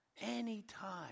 Anytime